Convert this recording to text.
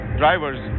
drivers